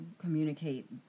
communicate